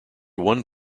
one